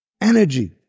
energy